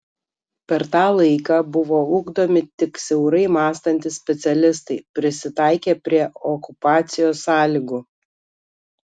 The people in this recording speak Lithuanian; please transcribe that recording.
per tą laiką buvo ugdomi tik siaurai mąstantys specialistai prisitaikę prie okupacijos sąlygų